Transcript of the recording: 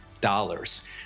dollars